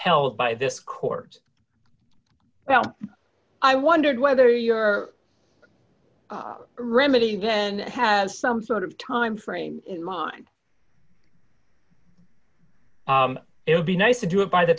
held by this court well i wondered whether your remedy then has some sort of time frame in mind it would be nice to do it by the